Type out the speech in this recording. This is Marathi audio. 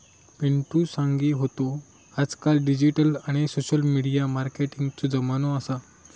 पिंटु सांगी होतो आजकाल डिजिटल आणि सोशल मिडिया मार्केटिंगचो जमानो असा